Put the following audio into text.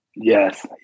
Yes